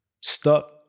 stuck